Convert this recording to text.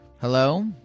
Hello